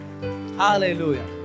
Hallelujah